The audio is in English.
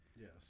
Yes